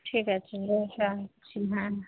ঠিক আছে র রাখছি হ্যাঁ